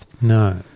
No